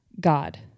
God